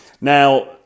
Now